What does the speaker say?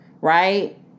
Right